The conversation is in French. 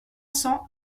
cents